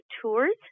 tours